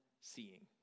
seeing